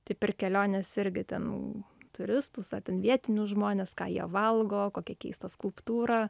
taip ir kelionės irgi ten turistus ar ten vietinius žmones ką jie valgo kokią keistą skulptūrą